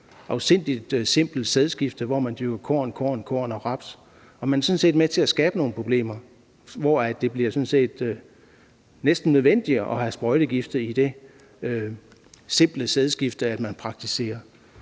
afsindig simpelt sædskifte, hvor man dyrker korn, korn, korn og raps, og man er sådan set med til at skabe nogle problemer, da det sådan næsten bliver nødvendigt at have sprøjtegifte i det simple sædskifte, som man praktiserer.